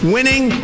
Winning